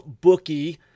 bookie